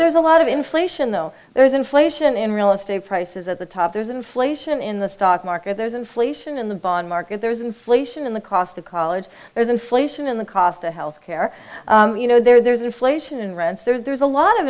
there's a lot of inflation though there is inflation in real estate prices at the top there's inflation in the stock market there's inflation in the bond market there's inflation in the cost of college there's inflation in the cost of health care you know there's inflation in rents there's a lot of